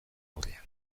aurrean